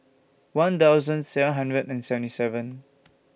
one thousand seven hundred and seventy seven